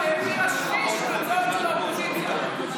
כל שבוע העבירה שליש הצעות של האופוזיציה.